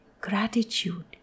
gratitude